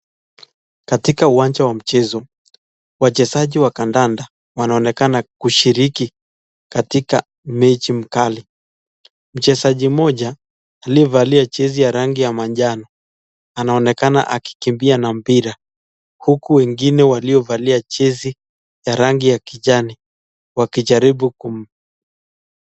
Katika uwanja wa mchezo, wachezaji wa kandanda wanaonekana kushiriki katika mechi mkali. Mchezaji mmoja aliyevalia jezi ya rangi ya manjano anaonekana akikimbia na mpira huku wengine waliovalia jezi ya rangi ya kijani wakijaribu kum.